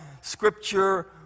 Scripture